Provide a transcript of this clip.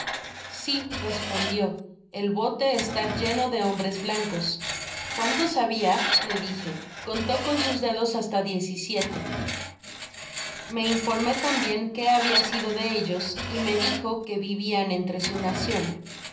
si respondió el bote estar lleno de hombres blancos cuántos habia le dije contó con sus dedos hasta diez y siete me informé tambien qué habia sido de ellos y me dijo que vivian entre su